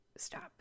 stop